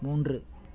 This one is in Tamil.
மூன்று